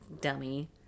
dummy